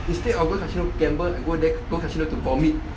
instead of going casino to gamble I go there I go casino to vomit